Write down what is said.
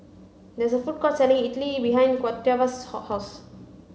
there is a food court selling idly behind Octavia's house